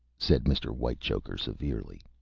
said mr. whitechoker, severely.